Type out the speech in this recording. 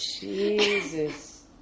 Jesus